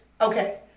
okay